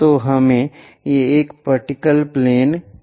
तो इसे हम वर्टिकल प्लेन कहते हैं